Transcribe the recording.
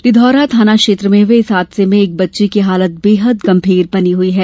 लिघौरा थाना क्षेत्र में हुए इस हादसे में एक बच्ची की हालत बेहद गंभीर बनी हुई है